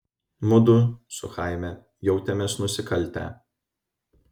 mudu su chaime jautėmės nusikaltę